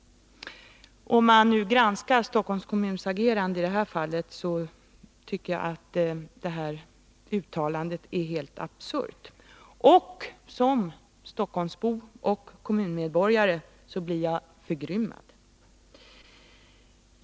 Vid en granskning av Stockholm kommuns agerande i det här fallet tycker jag att detta uttalande framstår som helt absurt, och som stockholmsbo och skattebetalare blir jag förgrymmad.